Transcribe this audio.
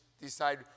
decide